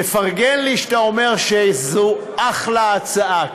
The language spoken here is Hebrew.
מפרגן לי שאתה אומר שזו אחלה הצעה.